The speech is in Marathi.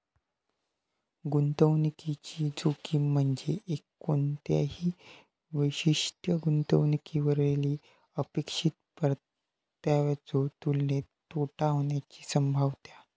गुंतवणुकीची जोखीम म्हणजे कोणत्याही विशिष्ट गुंतवणुकीवरली अपेक्षित परताव्याच्यो तुलनेत तोटा होण्याची संभाव्यता